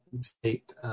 state